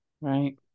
Right